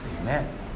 Amen